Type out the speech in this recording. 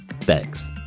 Thanks